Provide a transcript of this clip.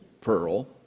pearl